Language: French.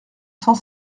cent